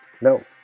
No